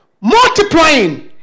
multiplying